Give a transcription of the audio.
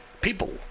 People